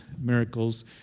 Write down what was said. miracles